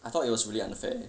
I thought it was really unfair